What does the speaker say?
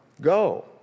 go